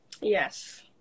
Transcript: yes